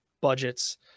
budgets